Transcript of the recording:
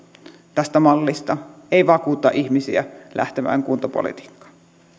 tästä mallista ei vakuuta ihmisiä lähtemään kuntapolitiikkaan